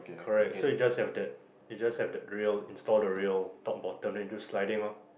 correct so you just have that you just have that rail install the rail top bottom then you do sliding ah